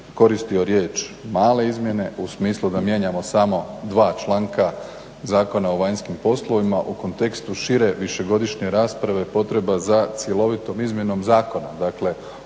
koristio riječ male izmjene u smislu da mijenjamo samo dva članka Zakona o vanjskim poslovima o kontekstu šire višegodišnje rasprave potreba za cjelovitom izmjenom zakona.